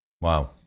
Wow